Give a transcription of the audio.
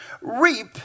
reap